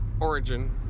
origin